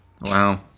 Wow